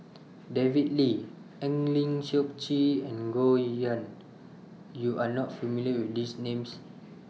David Lee Eng Lee Seok Chee and Goh Yihan YOU Are not familiar with These Names